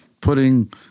putting